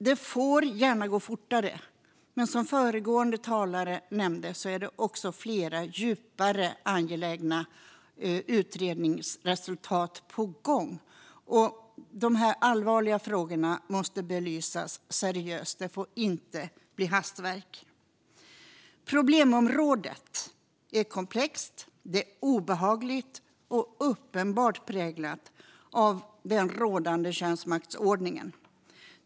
Det får gärna gå fortare, men som föregående talare nämnde är det flera resultat på gång av djupa och angelägna utredningar. Dessa allvarliga frågor måste belysas seriöst - det får inte bli ett hafsverk. Problemområdet är komplext, obehagligt och uppenbart präglat av den rådande könsmaktsordningen.